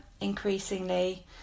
increasingly